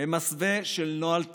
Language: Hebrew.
במסווה של נוהל תקין.